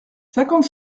cinquante